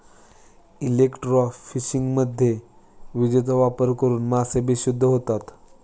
इलेक्ट्रोफिशिंगमध्ये विजेचा वापर करून मासे बेशुद्ध होतात